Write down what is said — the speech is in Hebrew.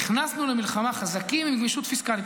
נכנסנו למלחמה חזקים גם גמישות פיסקלית.